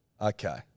Okay